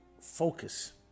focus